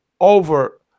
over